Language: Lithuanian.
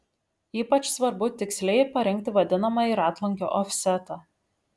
ypač svarbu tiksliai parinkti vadinamąjį ratlankio ofsetą